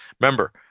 Remember